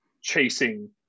chasing